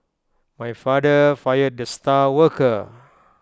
my father fired the star worker